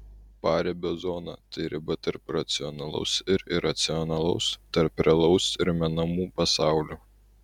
paribio zona tai riba tarp racionalaus ir iracionalaus tarp realaus ir menamų pasaulių